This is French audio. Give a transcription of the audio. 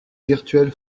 virtuelles